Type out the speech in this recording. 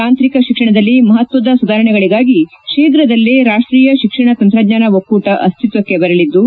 ತಾಂತ್ರಿಕ ಶಿಕ್ಷಣದಲ್ಲಿ ಮಹತ್ವದ ಸುಧಾರಣೆಗಳಗಾಗಿ ಶೀಘದಲ್ಲೇ ರಾಷ್ಷೀಯ ಶಿಕ್ಷಣ ತಂತ್ರಜ್ಞಾನ ಒಕ್ಕೂಟ ಅಸ್ತಿತ್ವಕ್ಷೆ ಬರಲಿದ್ಲು